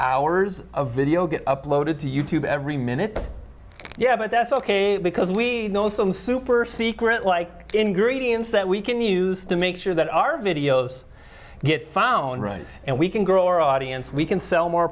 hours of video get uploaded to you tube every minute yeah but that's ok because we know some super secret like ingredients that we can used to make sure that our videos get found right and we can grow our audience we can sell more